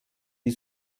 die